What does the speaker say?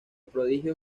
prodigio